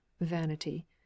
Vanity